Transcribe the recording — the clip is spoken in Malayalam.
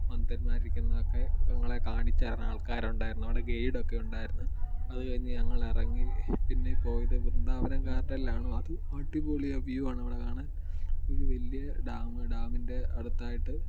മന്ത്രിമാറിരിക്കുന്നത് ഒക്കെ ഞങ്ങളെ കാണിച്ച് തരാൻ ആൾക്കാർ ഉണ്ടായിരുന്നു അവിടെ ഗൈഡ് ഒക്കെ ഉണ്ടായിരുന്നു അത് കഴിഞ്ഞ് ഞങ്ങൾ ഇറങ്ങി പിന്നെ പോയത് വൃദ്ധാവനം ഗാർഡനിലാണ് അത് അടിപൊളി വ്യൂവാണ് അവിടെ കാണാൻ ഒരു വലിയ ഡാം ഡാമിൻ്റെ അടുത്തായിട്ട്